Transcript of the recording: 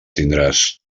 tindràs